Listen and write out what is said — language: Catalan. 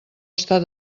estar